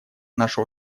наше